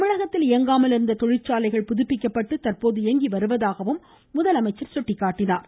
தமிழகத்தில் இயங்காமல் இருந்த தொழிற்சாலைகளும் புதுப்பிக்கப்பட்டு தற்போது இயங்கி வருவதாக முதலமைச்சர் சுட்டிக்காட்டினார்